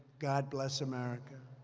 god bless america.